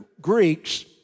Greeks